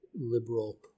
liberal